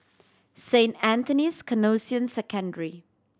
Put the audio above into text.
Saint Anthony's Canossian Secondary